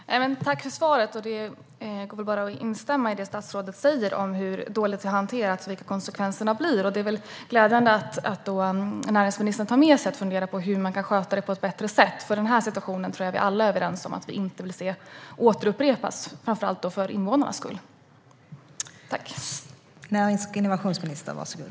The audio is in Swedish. Fru talman! Tack för svaret! Det går bara att instämma i det statsrådet säger om hur dåligt detta har hanterats och vilka konsekvenserna blir. Det är glädjande att näringsministern tar med sig att fundera över hur detta kan skötas på ett bättre sätt. Jag tror att vi alla är överens om att den här situationen vill vi inte se upprepas, framför allt för invånarnas skull.